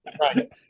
Right